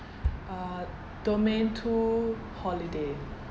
uh domain two holiday